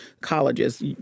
colleges